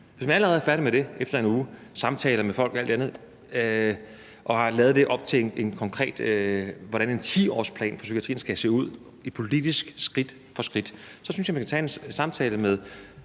hvis man allerede er færdig med det efter en uge og har haft samtaler med folk og alt det andet og har lavet det om til, hvordan en 10-årsplan for psykiatrien konkret skal se ud politisk skridt for skridt, så synes jeg, man skal tage en samtale med